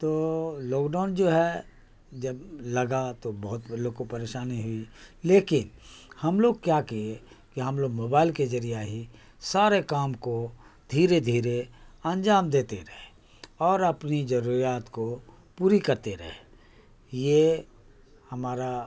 تو lockdown جو ہے جب لگا تو بہت لوگ کو پریشانی ہوئی لیکن ہم لوگ کیا کیے کہ ہم لوگ موبائل کے ذریعہ ہی سارے کام کو دھیرے دھیرے انجام دیتے رہے اور اپنی ضروریات کو پوری کرتے رہے یہ ہمارا